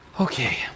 Okay